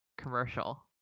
commercial